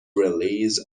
release